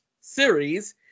series